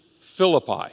Philippi